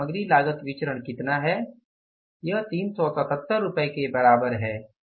तो यहाँ सामग्री लागत विचरण कितना है यह 377 रुपये के बराबर है